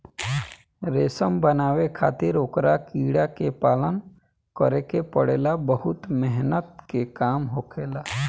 रेशम बनावे खातिर ओकरा कीड़ा के पालन करे के पड़ेला बहुत मेहनत के काम होखेला